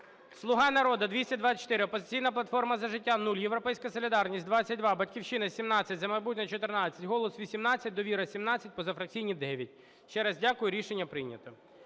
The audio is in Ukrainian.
"Слуга народу" – 224, "Опозиційна платформа - За життя" – 0, "Європейська солідарність" – 22,"Батьківщина" – 17, "За майбутнє" –14, "Голос" –18, "Довіра" –17, позафракційні – 9. Ще раз дякую. Рішення прийнято.